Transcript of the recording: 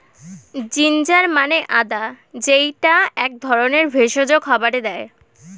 ginger মানে আদা যেইটা এক ধরনের ভেষজ খাবারে দেয়